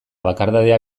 bakardadea